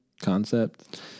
concept